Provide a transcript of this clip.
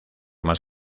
más